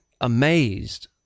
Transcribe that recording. amazed